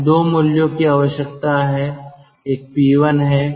हमें दो मूल्यों की आवश्यकता है एक P1 है